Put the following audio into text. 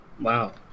wow